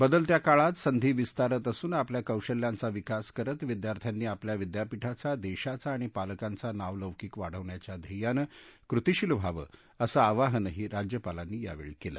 बदलत्या काळात संधी विस्तारत असून आपल्या काँशल्यांचा विकास करत विद्यार्थ्यांनी आपल्या विद्यापीठाचा देशाचा आणि पालकांचा नावलौकीक वाढवण्याच्या ध्येयानं कृतीशील व्हावं असं आवाहनही राज्यपालांनी यावेळी केलं